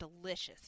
delicious